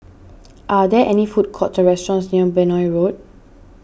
are there any food courts or restaurants near Benoi Road